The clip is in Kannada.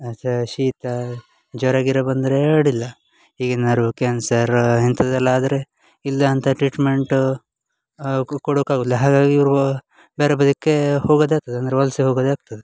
ಸ ಶೀತ ಜ್ವರ ಗಿರ ಬಂದರೆ ಅಡ್ಡಿಲ್ಲ ಈಗೇನಾದ್ರೂ ಕ್ಯಾನ್ಸರ ಇಂಥದ್ದೆಲ್ಲ ಆದರೆ ಇಲ್ಯ ಅಂಥ ಟ್ರೀಟ್ಮೆಂಟ್ ಕೊಡುಕ್ಕೆ ಆಗುಲ್ಲ ಹಾಗಾಗಿ ಇವ್ರು ಬೇರೆ ಬದಿಗೇ ಹೋಗುದು ಆಗ್ತದೆ ಅಂದರೆ ವಲಸೆ ಹೋಗುದು ಆಗ್ತದೆ